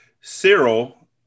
Cyril